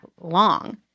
long